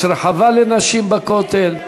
יש רחבה לנשים בכותל.